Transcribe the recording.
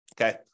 Okay